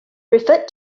referred